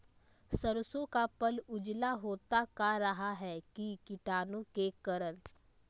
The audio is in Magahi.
सरसो का पल उजला होता का रहा है की कीटाणु के करण?